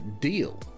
deal